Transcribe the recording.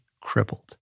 crippled